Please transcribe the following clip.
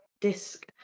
disc